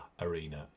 Arena